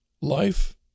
life